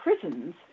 prisons